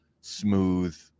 smooth